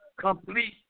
complete